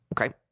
Okay